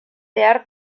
behar